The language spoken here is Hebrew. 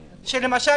למשל,